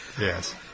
Yes